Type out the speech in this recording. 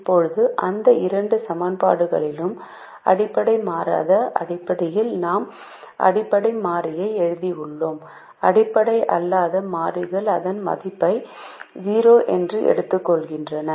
இப்போது இந்த இரண்டு சமன்பாடுகளிலிருந்தும் அடிப்படை மாறாத அடிப்படையில் நாம் அடிப்படை மாறியை எழுதியுள்ளோம் அடிப்படை அல்லாத மாறிகள் அதன் மதிப்பை 0 என்று எடுத்துக்கொள்கின்றன